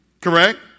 Correct